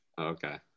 Okay